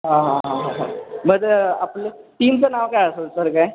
हां हां हां हां मग आपलं टीमचं नाव काय असेल सर काय